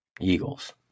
Eagles